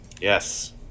yes